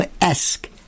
esque